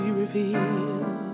revealed